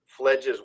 fledges